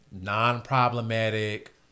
non-problematic